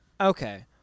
Okay